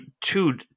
two